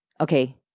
Okay